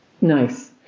nice